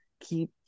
keep